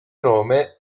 nome